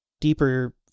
deeper